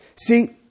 See